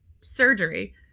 surgery